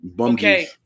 Okay